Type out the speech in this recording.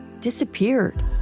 disappeared